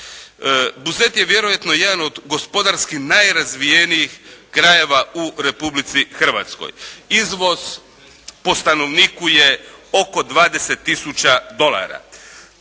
Buzet je vjerojatno jedan od gospodarski najrazvijenijih krajeva u Republici Hrvatskoj. Izvoz po stanovniku je oko 20 tisuća dolara.